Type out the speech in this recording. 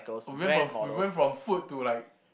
we went from we went from food to like